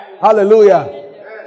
Hallelujah